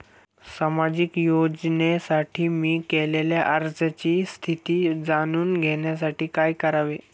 सामाजिक योजनेसाठी मी केलेल्या अर्जाची स्थिती जाणून घेण्यासाठी काय करावे?